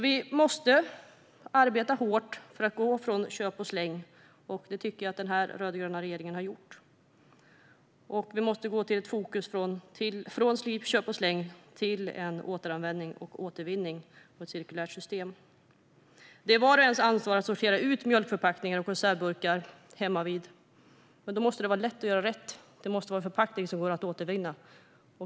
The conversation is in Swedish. Vi måste arbeta hårt för att gå från köp-och-släng. Det tycker jag att den rödgröna regeringen har gjort. Vårt fokus måste gå från köp-och-släng till återanvändning, återvinning och ett cirkulärt system. Det är vars och ens ansvar att sortera ut mjölkförpackningar och konservburkar hemmavid. Men då måste det vara lätt att göra rätt. Det måste vara en förpackning som går att återvinna.